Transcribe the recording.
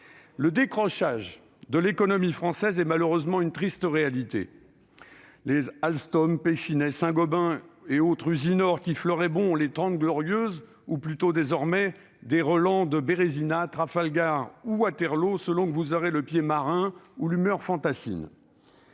le décrochage de l'économie française est malheureusement une triste réalité. Les Alstom, Pechiney, Saint-Gobain et autres Usinor, qui fleuraient bon les Trente Glorieuses, ont plutôt désormais des relents de Bérézina, Trafalgar ou Waterloo, selon que vous aurez le pied marin ou l'humeur « fantassine